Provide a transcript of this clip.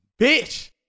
Bitch